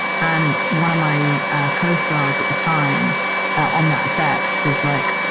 and one of my costars at the time on that set was like,